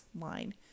line